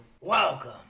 Welcome